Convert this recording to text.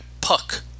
puck